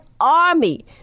army